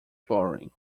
flooring